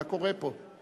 מה קורה פה?